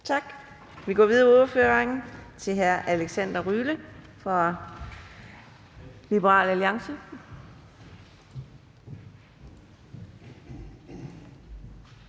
Vi går videre i ordførerrækken til hr. Alexander Ryle fra Liberal Alliance.